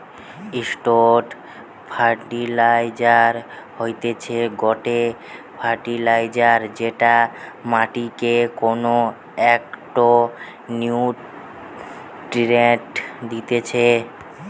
straight fertiliser হতিছে গটে fertiliser যেটা মাটিকে কোনো একটো নিউট্রিয়েন্ট দিতেছে